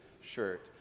shirt